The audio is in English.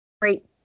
great